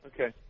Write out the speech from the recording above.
Okay